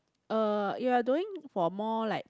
uh you are doing for more like